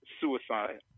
suicide